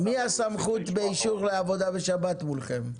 מי הסמכות באישור לעבודה בשבת מולכם?